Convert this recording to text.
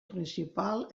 principal